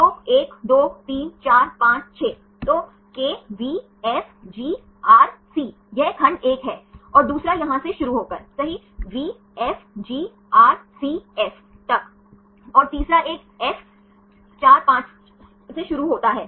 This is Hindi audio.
तो 1 2 3 4 5 6 तो KVFGRC यह खंड 1 है और दूसरा यहां से शुरू होकर सही VFGRCF तक और तीसरा एक F 4 5से शुरू होता है